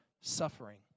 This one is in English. suffering